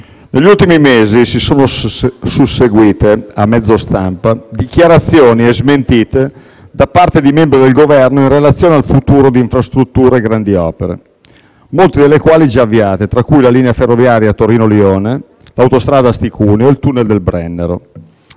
negli ultimi mesi si sono susseguite, a mezzo stampa, dichiarazioni e smentite da parte di membri del Governo in relazione al futuro di infrastrutture e grandi opere, molte delle quali già avviate, tra cui la linea ferroviaria Torino-Lione (TAV), l'autostrada Asti-Cuneo (A33) e il *tunnel* del Brennero;